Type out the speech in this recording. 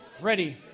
Ready